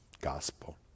gospel